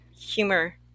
humor